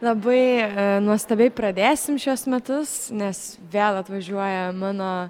labai nuostabiai pradėsim šiuos metus nes vėl atvažiuoja mano